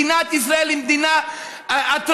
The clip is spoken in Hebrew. מדינת ישראל היא מדינה אטרקטיבית.